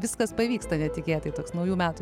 viskas pavyksta netikėtai toks naujų metų